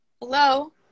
Hello